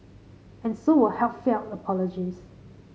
and so were heartfelt apologies